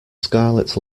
scarlet